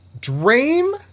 dream